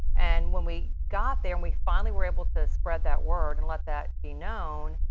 and when we got there and we finally were able to spread that word and let that be known.